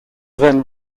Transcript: then